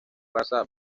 raza